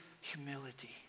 humility